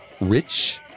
rich